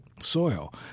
soil